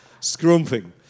scrumping